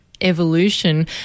evolution